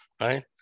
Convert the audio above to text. right